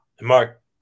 mark